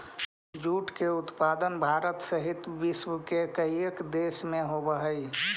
jute के उत्पादन भारत सहित विश्व के कईक देश में होवऽ हइ